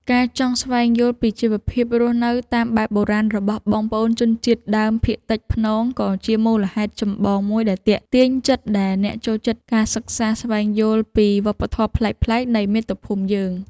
ការចង់ស្វែងយល់ពីជីវភាពរស់នៅតាមបែបបុរាណរបស់បងប្អូនជនជាតិដើមភាគតិចព្នងក៏ជាមូលហេតុចម្បងមួយដែលទាក់ទាញចិត្តអ្នកដែលចូលចិត្តការសិក្សាស្វែងយល់ពីវប្បធម៌ប្លែកៗនៃមាតុភូមិយើង។